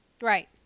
Right